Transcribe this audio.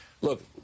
Look